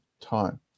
time